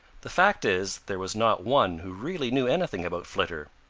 the fact is there was not one who really knew anything about flitter.